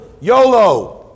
YOLO